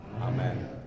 Amen